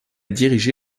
dirigé